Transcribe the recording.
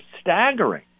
staggering